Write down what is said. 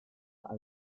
achse